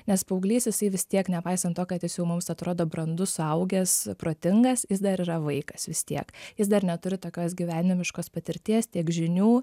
nes paauglys jisai vis tiek nepaisant to kad jis jau mums atrodo brandus suaugęs protingas jis dar yra vaikas vis tiek jis dar neturi tokios gyvenimiškos patirties tiek žinių